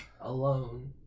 Alone